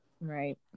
Right